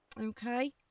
Okay